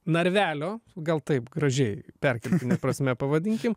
narvelio gal taip gražiai perkeltine prasme pavadinkim